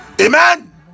Amen